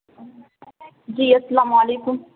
جی السلام علیکم